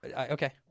okay